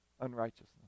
unrighteousness